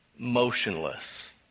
Motionless